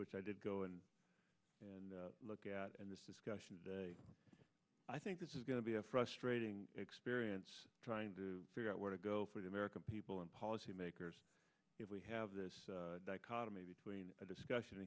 which i did go in and look at in this discussion and i think this is going to be a frustrating experience trying to figure out where to go for the american people and policymakers if we have this dichotomy between a discussion